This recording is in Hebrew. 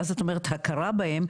ואז את אומרת הכרה בהם,